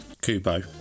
Kubo